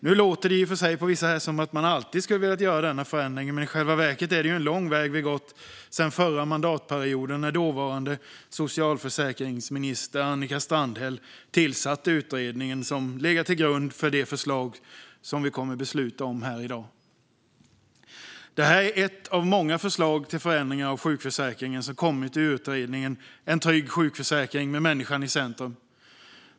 Nu låter det på vissa här som att de alltid skulle ha velat göra denna förändring. I själva verket är det dock en lång väg vi gått sedan förra mandatperioden, när dåvarande socialförsäkringsminister Annika Strandhäll tillsatte utredningen som legat till grund för det förslag vi kommer att besluta om här i dag. Detta är ett av många förslag till förändring av sjukförsäkringen som kommit från utredningen En trygg sjukförsäkring med människan i centrum.